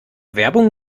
werbung